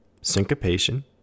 syncopation